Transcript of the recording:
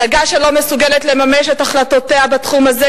הנהגה שאינה מסוגלת לממש את החלטותיה בתחום הזה,